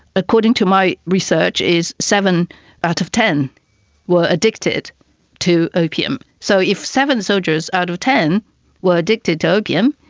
according to my research is seven out of ten were addicted to opium. so if seven soldiers out of ten were addicted to opium,